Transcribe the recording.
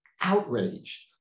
outraged